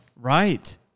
Right